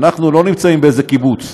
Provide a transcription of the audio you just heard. אנחנו לא נמצאים באיזה קיבוץ.